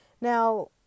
Now